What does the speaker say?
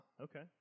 Okay